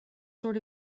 sort